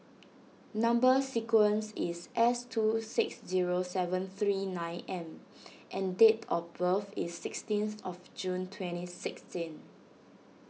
Number Sequence is S two six zero seven three nine M and date of birth is sixteen of June twenty sixteen